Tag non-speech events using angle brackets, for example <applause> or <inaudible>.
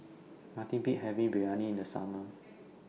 Nothing Beats having Biryani in The Summer <noise>